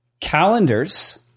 calendars